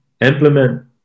implement